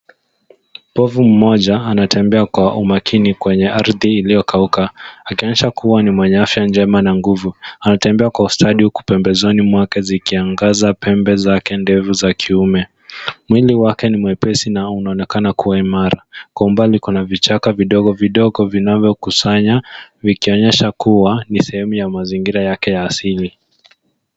Povu mmoja anatembea kwa umakini kwenye ardhi iliyokauka akionyesha kuwa ni mwenye afya njema na nguvu. Anatembea kwa ustadi huku pembezoni mwake zikiangaza pembe zake ndefu za kiume. Mwili wake ni mwepesi na unaonekana kuwa imara. Kwa umbali, kuna vichaka vidogo vidogo vinavyokusanya vikionyesha kuwa ni sehemu ya mazingira yake ya asili.